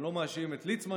אני לא מאשים את ליצמן,